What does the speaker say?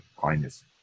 kindness